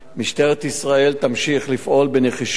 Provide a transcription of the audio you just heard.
משטרת ישראל תמשיך לפעול בנחישות